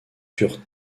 furent